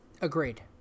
agreed